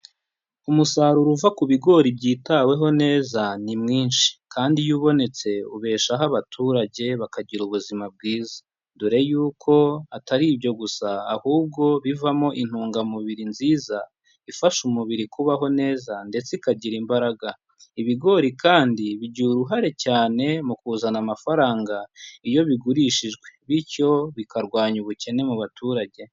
Umusaruro uva ku bigori byitaweho neza ni mwinshi, kandi iyo ubonetse ubeshaho abaturage bakagira ubuzima bwiza, dore yuko atari ibyo gusa, ahubwo bivamo intungamubiri nziza ifasha umubiri kubaho neza ndetse ikagira imbaraga, ibigori kandi bigira uruhare cyane mu kuzana amafaranga iyo bigurishijwe, bityo bikarwanya ubukene mu baturage.